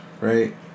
Right